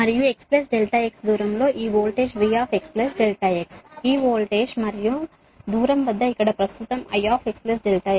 మరియు x ∆x దూరంలో ఈ వోల్టేజ్ V x ∆x ఈ వోల్టేజ్ మరియు దూరం వద్ద ఇక్కడ ప్రస్తుత I x ∆x